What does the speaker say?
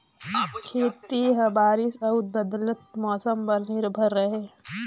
खेती ह बारिश अऊ बदलत मौसम पर निर्भर हे